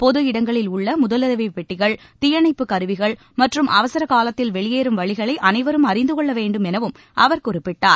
பொது இடங்களில் உள்ள முதலுதவிப் பெட்டிகள் தீயணப்புக் கருவிகள் மற்றும் அவசர காலத்தில் வெளியேறும் வழிகளை அளைவரும் அறிந்து கொள்ள வேண்டும் எனவும் அவர் குறிப்பிட்டார்